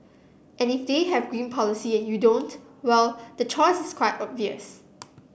and if they have green policy and you don't well the choice is quite obvious